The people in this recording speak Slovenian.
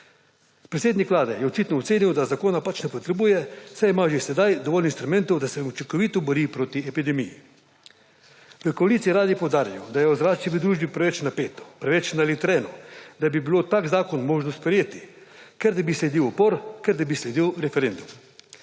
Predsednik vlade je očitno ocenil, da zakona pač ne potrebuje, saj ima že sedaj dovolj inštrumentov, da se učinkovito bori proti epidemiji. V koaliciji radi poudarjajo, da je ozračje v družbi preveč napeto, preveč naelektreno, da bi bilo tak zakon možno sprejeti, ker da bi sledil upor, ker da bi sledil referendum.